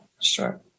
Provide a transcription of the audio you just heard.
sure